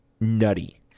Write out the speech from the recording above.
nutty